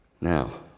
Now